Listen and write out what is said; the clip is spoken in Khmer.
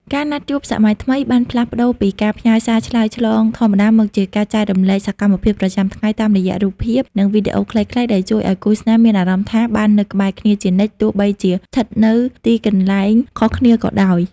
ការណាត់ជួបសម័យថ្មីបានផ្លាស់ប្ដូរពីការផ្ញើសារឆ្លើយឆ្លងធម្មតា មកជាការចែករំលែកសកម្មភាពប្រចាំថ្ងៃតាមរយៈរូបភាព និងវីដេអូខ្លីៗ ដែលជួយឱ្យគូស្នេហ៍មានអារម្មណ៍ថាបាននៅក្បែរគ្នាជានិច្ច ទោះបីជាស្ថិតនៅទីកន្លែងខុសគ្នាក៏ដោយ។